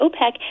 OPEC